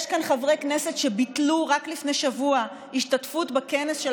יש כאן חברי כנסת שביטלו רק לפני שבוע השתתפות בכנס של